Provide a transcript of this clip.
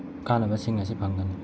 ꯀꯥꯟꯅꯕꯁꯤꯡ ꯑꯁꯤ ꯐꯪꯒꯅꯤ